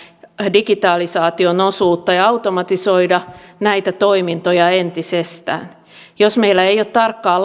digitalisaation osuutta ja automatisoida näitä toimintoja entisestään jos meillä ei ole tarkkaa